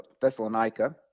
Thessalonica